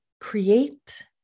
create